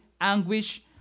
anguish